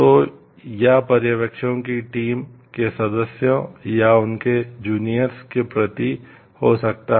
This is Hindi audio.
तो या पर्यवेक्षकों की टीम के सदस्यों या उनके जूनियर्स के प्रति हो सकता है